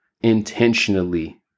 intentionally